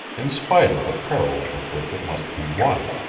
in spite of the perils with which it must be won.